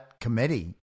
Committee